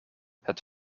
het